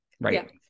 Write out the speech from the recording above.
right